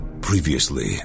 Previously